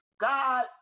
God